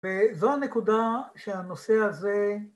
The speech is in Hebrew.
‫וזו הנקודה שהנושא הזה...